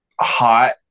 hot